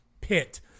pit